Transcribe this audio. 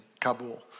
Kabul